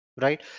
right